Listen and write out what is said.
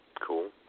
cool